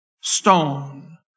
stone